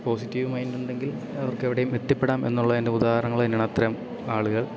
positive mind ഉണ്ടെങ്കിൽ അവർക്ക് എവിടെയും എത്തിപ്പെടാം എന്നുള്ളതിൻ്റെ ഉദാഹരണങ്ങൾ തന്നെയാണ് അത്രയും ആളുകൾ